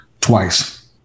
twice